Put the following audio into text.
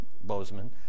bozeman